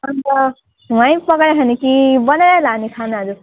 अन्त वहीँ पकाएर खाने कि बनाएर लाने खानाहरू